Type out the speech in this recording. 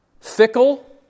fickle